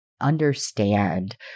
understand